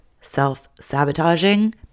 self-sabotaging